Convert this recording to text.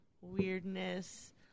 weirdness